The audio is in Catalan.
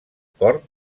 port